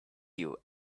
you